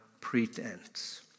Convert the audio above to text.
pretense